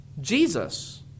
Jesus